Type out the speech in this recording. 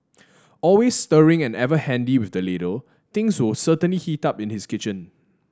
always stirring and ever handy with the ladle things will certainly heat up in his kitchen